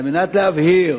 על מנת להבהיר,